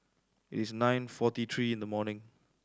it is nine forty three in the morning